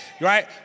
Right